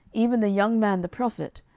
even the young man the prophet,